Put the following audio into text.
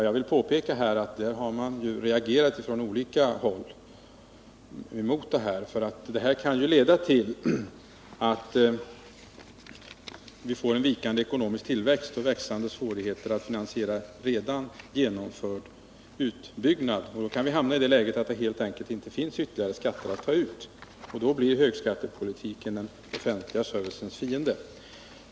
Jag vill påpeka att man från olika håll har reagerat emot detta, eftersom det kan leda till vikande ekonomisk tillväxt och ökande svårigheter att finansiera redan genomförd utbyggnad. Då kan vi hamna i det läget att det helt enkelt inte går att ta ut några ytterligare skatter, och då blir högskattepolitiken den offentliga servicens fiende.